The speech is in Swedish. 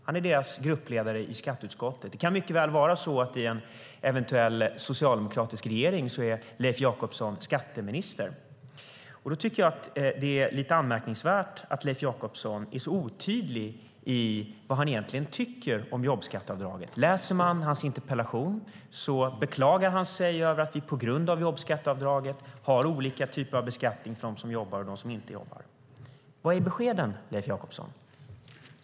Han är deras gruppledare i skatteutskottet. Det kan mycket väl vara så att i en eventuell socialdemokratisk regering är Leif Jakobsson skatteminister. Då tycker jag att det är lite anmärkningsvärt att Leif Jakobsson är så otydlig beträffande vad han egentligen tycker om jobbskatteavdraget. I sin interpellation beklagar han sig över att vi på grund av jobbskatteavdraget har olika typer av beskattning för dem som jobbar och dem som inte jobbar. Vad är beskeden, Leif Jakobsson?